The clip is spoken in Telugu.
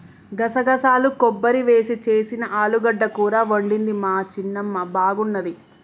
గసగసాలు కొబ్బరి వేసి చేసిన ఆలుగడ్డ కూర వండింది మా చిన్నమ్మ బాగున్నది